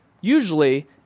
Usually